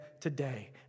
today